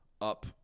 up